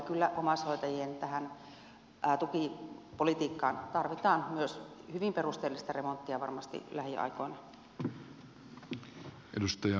kyllä tähän omaishoidon tukipolitiikkaan tarvitaan varmasti myös hyvin perusteellista remonttia lähiaikoina